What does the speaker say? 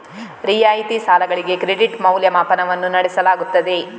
ರಿಯಾಯಿತಿ ಸಾಲಗಳಿಗೆ ಕ್ರೆಡಿಟ್ ಮೌಲ್ಯಮಾಪನವನ್ನು ನಡೆಸಲಾಗುತ್ತದೆ